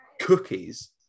cookies